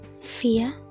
fear